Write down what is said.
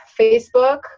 Facebook